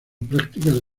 prácticas